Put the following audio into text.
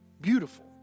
beautiful